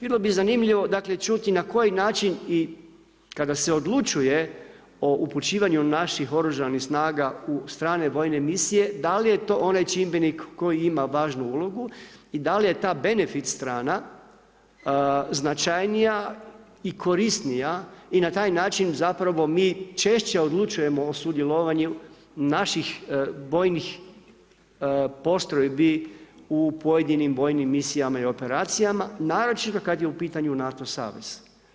Bilo bi zanimljivo dakle čuti na koji način i kada se odlučuje o upućivanju naših oružanih snaga u strane vojne misije da li je to onaj čimbenik koji ima važnu ulogu i da li je ta benefit strana značajnija i korisnija i na taj način zapravo mi češće odlučujemo o sudjelovanju naših bojnih postrojbi u pojedinim vojnim misijama i operacijama naročito kada je u pitanju NATO savez.